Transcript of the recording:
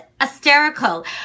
hysterical